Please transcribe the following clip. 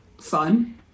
fun